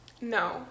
No